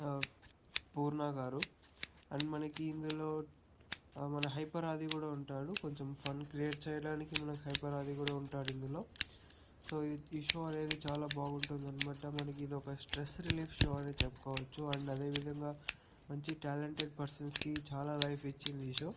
పూర్ణ గారు అండ్ మనకి ఇందులో మన హైపర్ ఆది కూడా ఉంటాడు కొంచెం ఫన్ క్రియేట్ చేయడానికి మనకు హైపర్ ఆది కూడా ఉంటాడు ఇందులో సో ఈ షో అనేది చాలా బాగుంటుంది అనమాట మనకి ఇది ఒక స్ట్రెస్ రిలీఫ్ షో అని చెప్పుకోవచ్చు అండ్ అదే విధంగా మంచి టాలెంటెడ్ పర్సన్స్కి చాలా లైఫ్ ఇచ్చింది ఈ షో